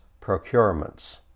procurements